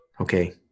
Okay